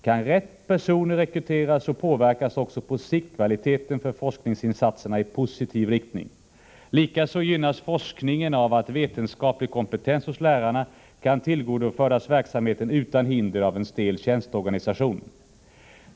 Kan rätt personer rekryteras, påverkas också på sikt kvaliteten på forskningsinsatserna i positiv riktning. Likaså gynnas forskningen av att vetenskaplig kompetens hos lärarna kan tillgodoföras verksamheten utan hinder av en stel tjänsteorganisation.